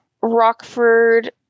Rockford